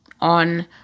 on